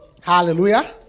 Hallelujah